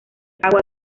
agua